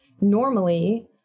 normally